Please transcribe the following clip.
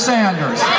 Sanders